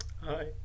Hi